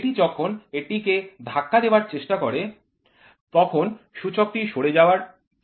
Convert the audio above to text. এটি যখন এটি কে ধাক্কা দেওয়ার চেষ্টা করবে তখন সূচকটি সরে যাওয়ার চেষ্টা করবে